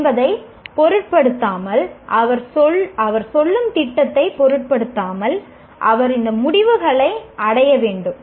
என்பதைப் பொருட்படுத்தாமல் அவர் செல்லும் திட்டத்தைப் பொருட்படுத்தாமல் அவர் இந்த முடிவுகளை அடைய வேண்டும்